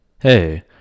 Hey